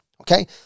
Okay